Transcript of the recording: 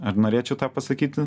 ar norėčiau tą pasakyti